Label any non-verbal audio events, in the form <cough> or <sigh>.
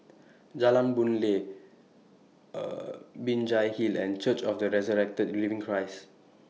Jalan Boon Lay <hesitation> Binjai Hill and Church of The Resurrected Living Christ